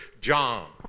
John